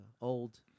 old